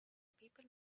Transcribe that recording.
people